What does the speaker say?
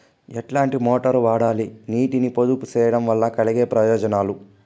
ఎట్లాంటి మోటారు వాడాలి, నీటిని పొదుపు సేయడం వల్ల కలిగే ప్రయోజనాలు?